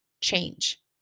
change